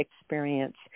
experience